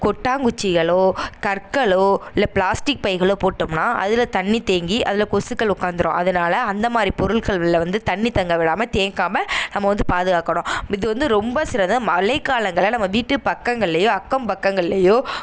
கொட்டாங்குச்சிகளோ கற்களோ இல்லை பிளாஸ்டிக் பைகளோ போட்டோம்னால் அதில் தண்ணி தேங்கி அதில் கொசுக்கள் உட்காந்துரும் அதனால அந்த மாதிரி பொருள்களில் வந்து தண்ணி தங்க விடாமல் தேங்காமல் நம்ம வந்து பாதுகாக்கணும் இது வந்து ரொம்ப சிறந்த மழைக்காலங்களில் நம்ம வீட்டு பக்கங்கள்லேயோ அக்க பக்கங்கள்லேயோ